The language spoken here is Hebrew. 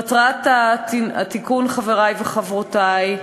מטרת התיקון, חברי וחברותי,